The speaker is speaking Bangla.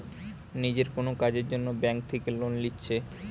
নিজের কুনো কাজের জন্যে ব্যাংক থিকে লোন লিচ্ছে